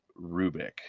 Rubik